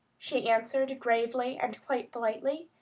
she answered gravely and quite politely,